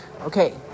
Okay